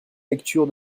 lecture